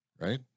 right